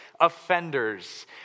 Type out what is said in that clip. offenders